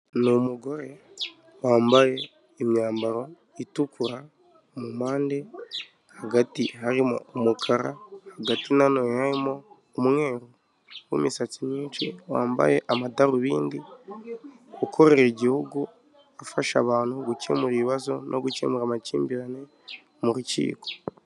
Ni umugore wambaye imyambaro itukura mu mpande hagati hari umukara, hagati nanone harimo umweru w'imisatsi myinshi, wambaye amadarubindi ukorera igihugu, ufasha abantu gukemura ibibazo no gukemura amakimbirane murukiko.